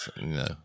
No